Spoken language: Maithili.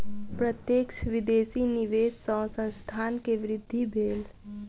प्रत्यक्ष विदेशी निवेश सॅ संस्थान के वृद्धि भेल